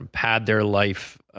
and had their life,